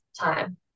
time